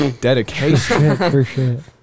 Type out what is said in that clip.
dedication